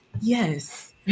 yes